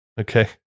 Okay